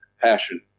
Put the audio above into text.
passion